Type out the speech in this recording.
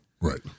Right